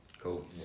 Cool